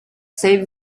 save